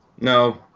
No